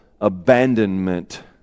abandonment